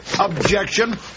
Objection